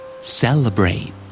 Celebrate